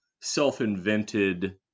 self-invented